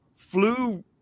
flew